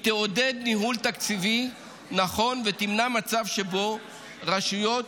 היא תעודד ניהול תקציבי נכון ותמנע מצב שבו רשויות